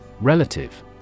Relative